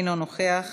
אינו נוכח,